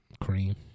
Cream